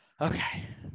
Okay